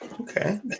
Okay